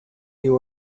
you